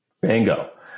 Bingo